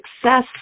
success